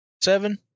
Seven